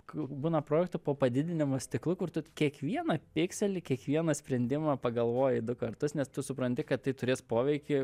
k būna projektų po padidinimo stiklu kur tu kiekvieną pikselį kiekvieną sprendimą pagalvoji du kartus nes tu supranti kad tai turės poveikį